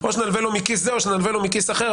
או שנלווה לו מכיס זה או שנלווה לו מכיס אחר,